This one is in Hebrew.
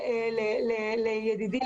פניתי לידידי,